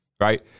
Right